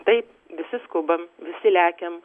taip visi skubam visi lekiam